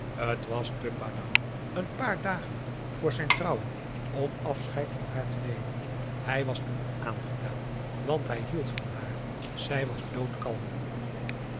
was te padang n paar dagen vr zijn trouwen om afscheid van haar te nemen hij was toen aangedaan want hij hield van haar zij was doodkalm